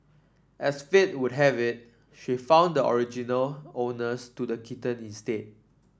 as fate would have it she found the original owners to the kitten instead